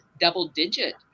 double-digit